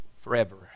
forever